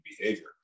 behavior